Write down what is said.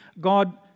God